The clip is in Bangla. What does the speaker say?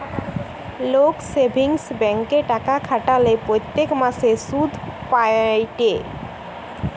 লোক সেভিংস ব্যাঙ্কে টাকা খাটালে প্রত্যেক মাসে সুধ পায়েটে